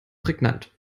prägnant